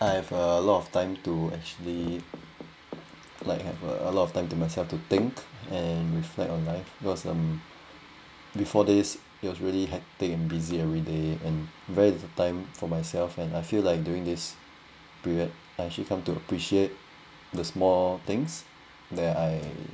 I have a lot of time to actually like have a lot of time to myself to think and reflect on life because um before this it was really hectic and busy every day and very a time for myself and I feel like during this period actually come to appreciate the small things that I